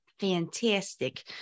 fantastic